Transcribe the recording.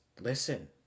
listen